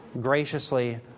graciously